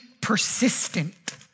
persistent